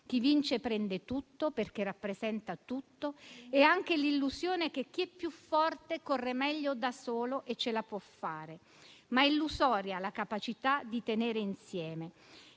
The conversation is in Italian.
(chi vince prende tutto, perché rappresenta tutto) e anche l'illusione che chi è più forte corre meglio da solo e ce la può fare. Ma è illusoria la capacità di tenere insieme.